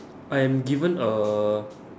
I'm given a